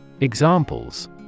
Examples